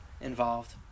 involved